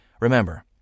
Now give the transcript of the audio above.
Remember